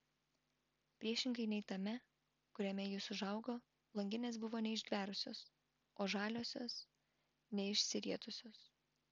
priešingai nei tame kuriame jis užaugo langinės buvo neišgverusios o žaliuzės neišsirietusios